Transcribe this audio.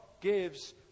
gives